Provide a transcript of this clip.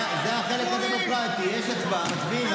זה החלק הדמוקרטי, יש הצבעה, מצביעים.